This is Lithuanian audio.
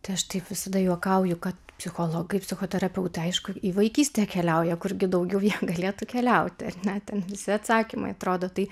tai aš taip visada juokauju kad psichologai psichoterapeutai aišku į vaikystę keliauja kur gi daugiau jie galėtų keliauti ar ne ten visi atsakymai atrodo tai